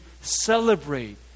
celebrate